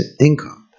income